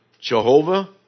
Jehovah